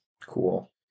Cool